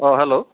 অঁ হেল্ল'